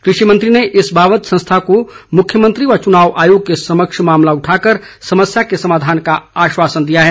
कृषि मंत्री ने इस बावत संस्था को मुख्यमंत्री व चुनाव आयोग के समक्ष मामला उठाकर समस्या के समाधान का आश्वासन दिया है